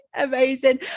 Amazing